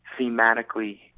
thematically